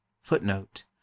Footnote